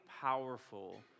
powerful